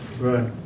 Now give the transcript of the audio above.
Right